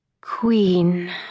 Queen